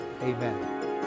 Amen